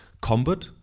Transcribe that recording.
combat